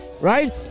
right